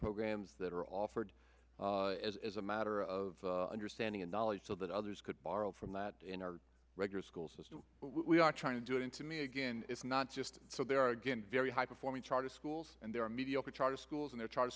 programs that are offered as a matter of understanding and knowledge so that others could borrow from that in our regular school system we are trying to do it in to me again it's not just so there are again very high performing charter schools and there are mediocre charter schools and the